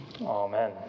amen